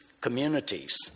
communities